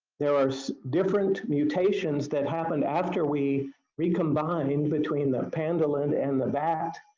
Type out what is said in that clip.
there are different mutations that happen after we recombined between the pendolin and the bat.